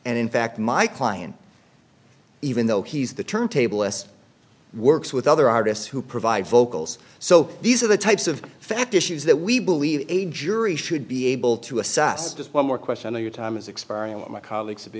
and in fact my client even though he's the turntable this works with other artists who provide vocals so these are the types of fact issues that we believe a jury should be able to assess just one more question of your time as experiment my colleagues to be